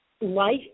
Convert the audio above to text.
life